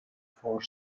for